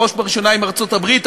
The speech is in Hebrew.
בראש ובראשונה עם ארצות-הברית,